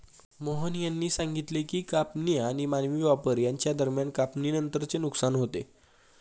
मोहन यांनी सांगितले की कापणी आणि मानवी वापर यांच्या दरम्यान कापणीनंतरचे नुकसान होते